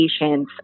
patients